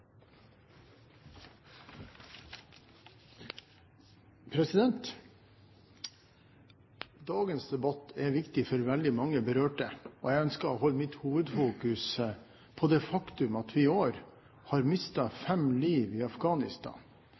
viktig for veldig mange berørte, og jeg ønsker å holde mitt hovedfokus på det faktum at vi i år har mistet fem liv i